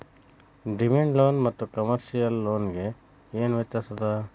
Demand loan ಮತ್ತ commercial loan ಗೆ ಏನ್ ವ್ಯತ್ಯಾಸದ?